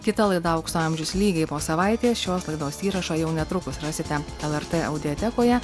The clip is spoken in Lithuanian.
kita laida aukso amžius lygiai po savaitės šios laidos įrašą jau netrukus rasite el er tė audiotekoje